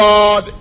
God